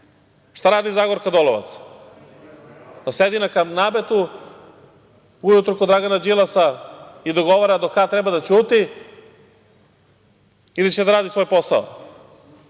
radi Zagorka Dolovac? Sedi na kanabetu ujutru kod Dragana Đilasa i dogovara do kad treba da ćuti ili će da radi svoj posao